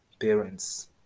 parents